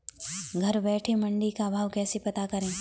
घर बैठे मंडी का भाव कैसे पता करें?